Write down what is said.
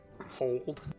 hold